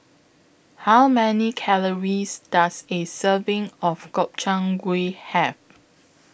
How Many Calories Does A Serving of Gobchang Gui Have